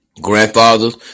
Grandfathers